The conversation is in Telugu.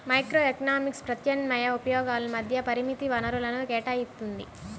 మైక్రోఎకనామిక్స్ ప్రత్యామ్నాయ ఉపయోగాల మధ్య పరిమిత వనరులను కేటాయిత్తుంది